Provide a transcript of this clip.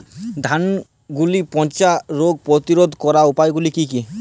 ধানের গুড়ি পচা রোগ প্রতিরোধ করার উপায়গুলি কি কি?